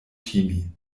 timi